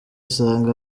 usanga